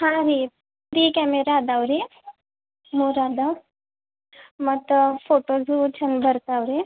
ಹಾಂ ರೀ three camera ಅದಾವೆ ರೀ ಮೂರು ಅದಾವೆ ಮತ್ತೆ ಫೋಟೋಸೂ ಚಂದ ಬರ್ತಾವೆ ರೀ